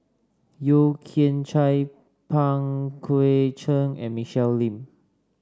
Yeo Kian Chye Pang Guek Cheng and Michelle Lim